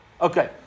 Okay